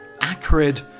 acrid